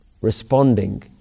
responding